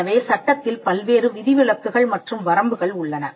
எனவே சட்டத்தில் பல்வேறு விதிவிலக்குகள் மற்றும் வரம்புகள் உள்ளன